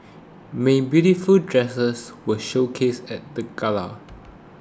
many beautiful dresses were showcased at the gala